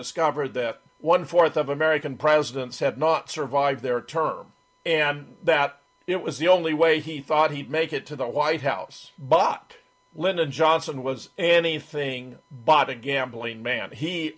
discovered that one fourth of american presidents had not survived their term and that it was the only way he thought he'd make it to the white house but lyndon johnson was anything but a gambling man he